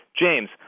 James